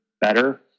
better